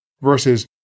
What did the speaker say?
versus